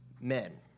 men